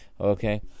okay